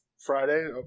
Friday